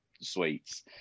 sweets